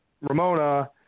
Ramona